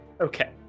Okay